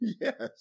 Yes